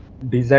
the